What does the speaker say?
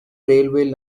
railways